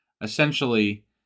essentially